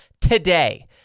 today